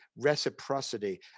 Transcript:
reciprocity